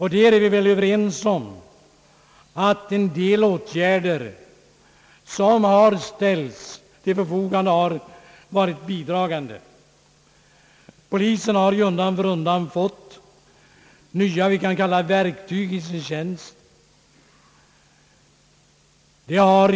Här är väl alla överens om att en del åtgärder, varigenom nya möjligheter har ställts till förfogande, har varit bidragande. Polisen har undan för undan fått nya verktyg, så att säga, i sin tjänst.